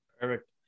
Perfect